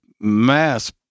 mass